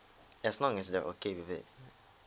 as long as they okay with it